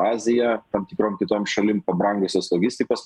azija tam tikrom kitom šalim pabrangusios logistikos